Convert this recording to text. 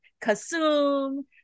consume